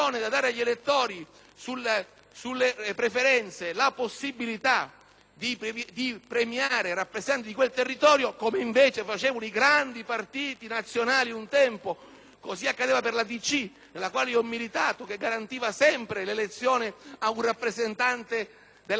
di premiare rappresentanti di quel territorio, come facevano i grandi partiti nazionali un tempo; così accadeva per la DC, per la quale ho militato, che garantiva sempre l'elezione ad un rappresentante della Sardegna. Oggi così non accade; ormai sono